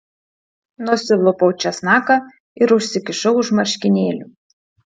nusilupau česnaką ir užsikišau už marškinėlių